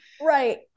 Right